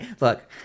look